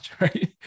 right